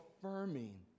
affirming